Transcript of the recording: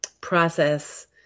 process